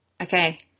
Okay